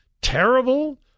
terrible